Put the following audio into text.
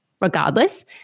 regardless